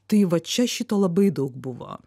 tai va čia šito labai daug buvo